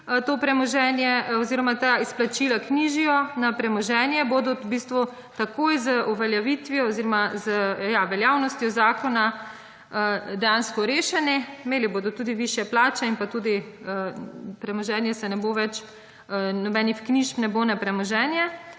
to premoženje oziroma ta izplačila knjižijo na premoženje bodo v bistvu takoj z uveljavitvijo oziroma veljavnostjo zakona dejansko rešeni. Imeli bodo tudi višje plače in pa tudi premoženje se ne bo več, nobenih knjižb ne bo na premoženje.